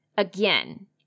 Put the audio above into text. Again